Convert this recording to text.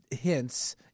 hints